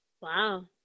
wow